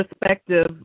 perspective